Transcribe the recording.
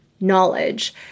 knowledge